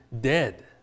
dead